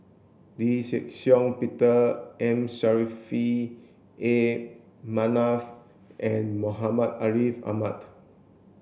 Lee Shih Shiong Peter M Saffri A Manaf and Muhammad Ariff Ahmad